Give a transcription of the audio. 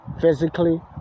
physically